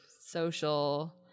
social